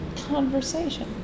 conversation